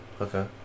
okay